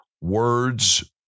words